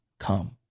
Come